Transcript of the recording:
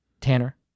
Tanner